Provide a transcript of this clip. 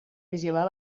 vigilar